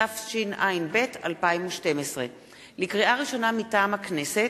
התשע"ב 2012. לקריאה ראשונה, מטעם הכנסת,